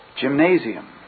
Gymnasium